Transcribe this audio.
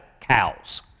cows